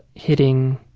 hitting.